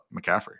McCaffrey